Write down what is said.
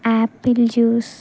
apple juice